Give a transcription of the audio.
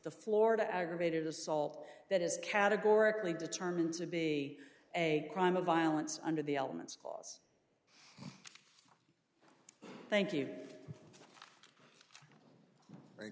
the florida aggravated assault that is categorically determined to be a crime of violence under the elements clause thank you